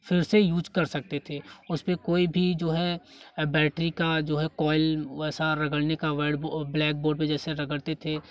फिर से यूज कर सकते थे उस पे कोई भी जो है बैटरी का जो है कॉइल वैसा रगड़ने का वाइट बोर्ड ब्लैक बोर्ड पे जैसे रगड़ते थे